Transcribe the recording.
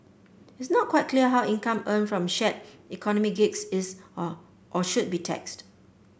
it's not quite clear how income earned from shared economy gigs is or or should be taxed